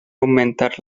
augmentar